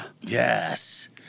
Yes